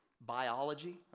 biology